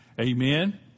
Amen